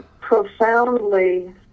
profoundly